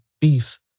beef